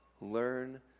Learn